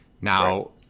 now